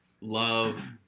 love